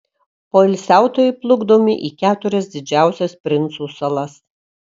poilsiautojai plukdomi į keturias didžiausias princų salas